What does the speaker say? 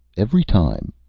every time.